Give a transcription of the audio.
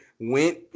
went